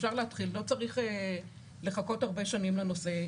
אפשר להתחיל, לא צריך לחכות הרבה שנים לנושא.